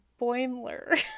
Boimler